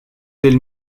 del